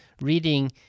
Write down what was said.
reading